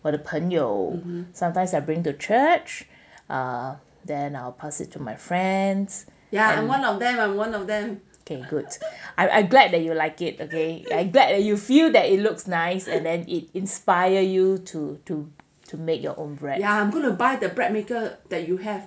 我的朋友 sometimes I bring the church ah then I'll pass it to my friends ya okay good I glad that you like it again a glad that you feel that it looks nice and then it inspire you to to to make your own bread I'm going to buy the bread maker that you have